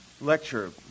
lecture